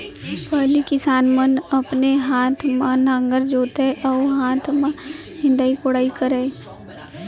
पहिली किसान मन अपने हाथे म नांगर जोतय अउ हाथे म निंदई कोड़ई करय